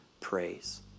praise